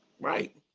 Right